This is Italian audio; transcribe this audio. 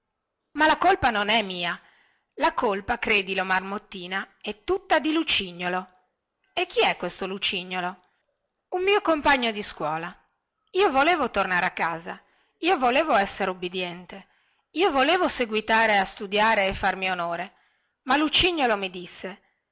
ma la colpa non è mia la colpa credilo marmottina è tutta di lucignolo e chi è questo lucignolo un mio compagno di scuola io volevo tornare a casa io volevo essere ubbidiente io volevo seguitare a studiare e a farmi onore ma lucignolo mi disse